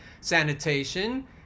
sanitation